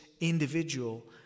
individual